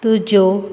तुज्यो